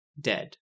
dead